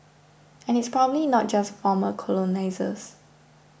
and it's probably not just former colonisers